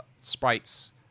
sprites